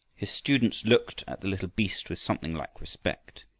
his students looked at the little beast with something like respect.